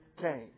came